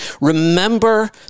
Remember